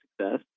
success